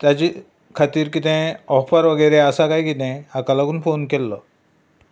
ताजे खातीर कितेंय ऑफर वगैरे आसा काय कितें हाका लागून फोन केल्लो